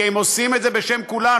כי הם עושים את זה בשם כולנו.